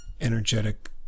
energetic